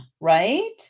right